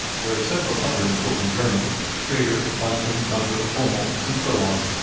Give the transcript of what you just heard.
there are several other important germans schrader, bunsen, duncker, hommel, and so on.